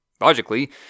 logically